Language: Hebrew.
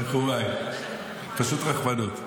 פשוט רחמנות.